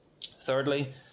Thirdly